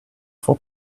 for